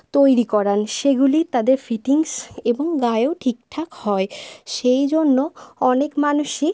তৈরি করান সেগুলি তাদের ফিটিংস এবং গায়েও ঠিকঠাক হয় সেই জন্য অনেক মানুষই